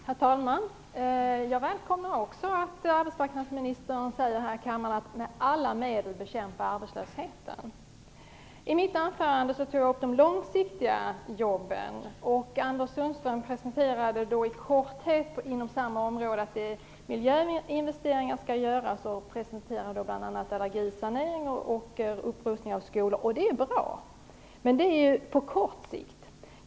Herr talman! Jag välkomnar också att arbetsmarknadsministern här i kammaren säger att han med alla medel skall bekämpa arbetslösheten. I mitt anförande tog jag upp de långsiktiga jobben. Anders Sundström presenterade i korthet att miljöinvesteringar skall göras, bl.a. allergisanering och upprustning av skolor. Det är bra. Men detta är ju på kort sikt.